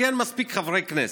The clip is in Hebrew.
כי אין מספיק חברי כנסת.